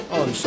on